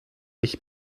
ich